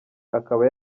akaba